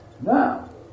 Now